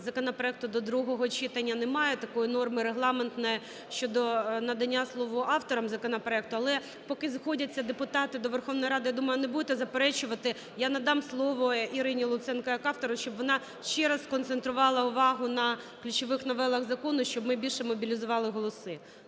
законопроекту до другого читання немає такої норми регламентної щодо надання слова авторам законопроекту. Але, поки сходяться депутати до Верховної Ради, я думаю, не будете заперечувати, я надам слово Ірині Луценко як автору, щоб вона ще раз сконцентрувала увагу на ключових новелах закону, щоб ми більше мобілізували голоси.